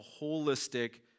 holistic